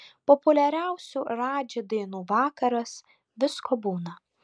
populiariausių radži dainų vakaras visko būna